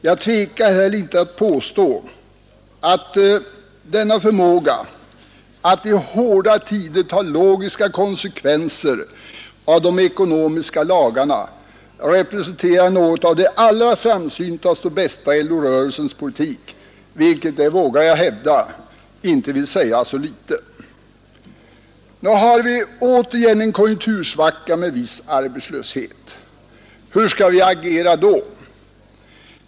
Jag tvekar här inte att påstå att denna förmåga att i hårda tider ta logiska konsekvenser av de ekonomiska lagarna representerar något av det allra framsyntaste och bästa i LO-rörelsens politik vilket, det vågar jag hävda, inte vill säga så litet. Nu har vi återigen en konjunktursvacka med viss arbetslöshet. Hur skall vi agera?